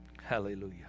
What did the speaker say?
Hallelujah